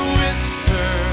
whisper